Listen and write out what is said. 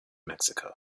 mexico